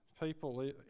people